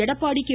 Edappadi K